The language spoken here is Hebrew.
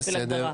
בסדר.